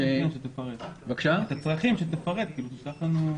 שתפרט את הצרכים ותשלח לנו.